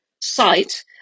site